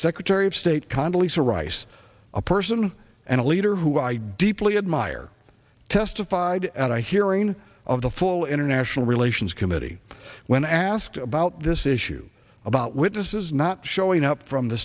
secretary of state condi lisa rice a person and a leader who i deeply admire testified at a hearing of the full international relations committee when asked about this issue about witnesses not showing up from the